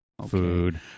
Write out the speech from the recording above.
food